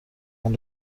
اون